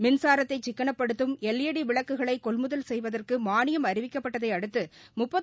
மினசாரத்தைசிக்கனப்படுத்தும் LED விளக்குகளைகொள்முதல் செய்வதற்குமானியம் அறிவிக்கப்பட்டதைஅடுத்து